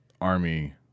Army